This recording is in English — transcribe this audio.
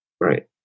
Right